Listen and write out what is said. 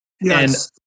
Yes